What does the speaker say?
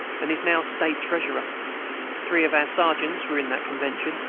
and is now state treasurer three of our sergeants were in that convention,